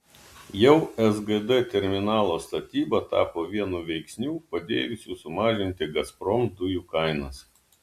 jau sgd terminalo statyba tapo vienu veiksnių padėjusių sumažinti gazprom dujų kainas